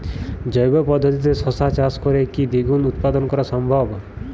জৈব পদ্ধতিতে শশা চাষ করে কি দ্বিগুণ উৎপাদন করা সম্ভব?